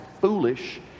foolish